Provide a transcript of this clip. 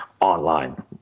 online